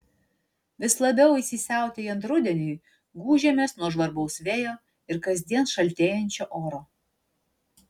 vis labiau įsisiautėjant rudeniui gūžiamės nuo žvarbaus vėjo ir kasdien šaltėjančio oro